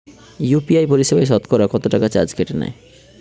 UPI পরিসেবায় সতকরা কতটাকা চার্জ নেয়?